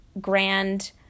grand